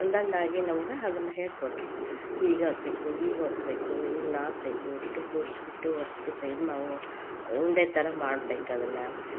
ಒಂದೊಂದಾಗಿ ನಮ್ಗ ಅದ್ನ ಹೇಳ್ಕೊಟ್ಟರು ಹೀಗ ಆಗಬೇಕು ಹೀಗ ಒತ್ತಬೇಕು ಹೀಗ ನಾದಬೇಕು ಅಷ್ಟು ಕೂಡ್ಸ ಬಿಟ್ಟು ಒತ್ತಿ ಇದು ಉಂಡೆ ಥರ ಮಾಡಬೇಕು ಅದನ್ನ